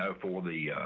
ah for the